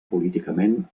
políticament